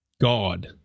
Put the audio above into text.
God